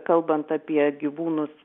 kalbant apie gyvūnus